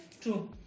True